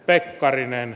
pekkarinen